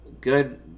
good